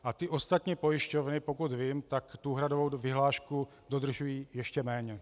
A ty ostatní pojišťovny, pokud vím, úhradovou vyhlášku dodržují ještě méně.